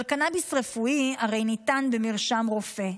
אבל קנביס רפואי הרי ניתן במרשם רופא,